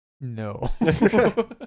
No